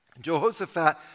Jehoshaphat